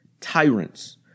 tyrants